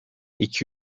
iki